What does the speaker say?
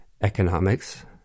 economics